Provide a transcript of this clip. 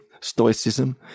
stoicism